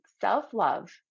self-love